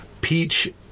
peach